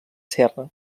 serra